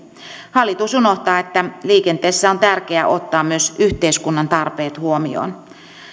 hallitus unohtaa että liikenteessä on tärkeää ottaa myös yhteiskunnan tarpeet huomioon